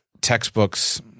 textbooks